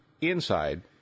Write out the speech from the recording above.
inside